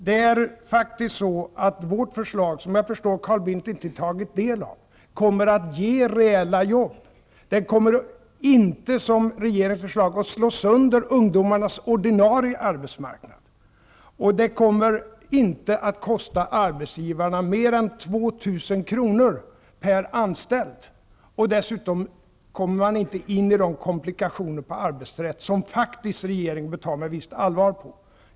Det är faktiskt så, att vårt förslag, som jag förstår att Carl Bildt inte har tagit del av, kommer att ge reella jobb. Det kommer inte, såsom regeringens förslag, att slå sönder ungdomarnas ordinarie arbetsmarknad, och det kommer inte att kosta arbetsgivarna mer än 2 000 kr. per anställd. Dessutom hamnar man inte i komplikationer med arbetsrätten, något som regeringen faktiskt bör ta med ett visst allvar.